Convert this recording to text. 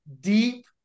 deep